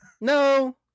No